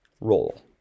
Roll